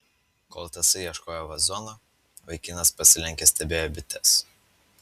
kol tasai ieškojo vazono vaikinas pasilenkęs stebėjo bites